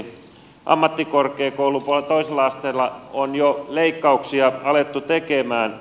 ammattikorkeakoulupuolella toisella asteella on jo leikkauksia alettu tekemään